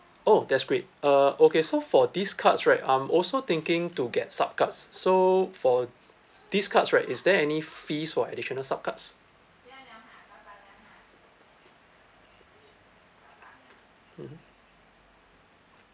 oh that's great uh okay so for these cards right I'm also thinking to get sub cards so for these cards right is there any fees for additional sub cards mmhmm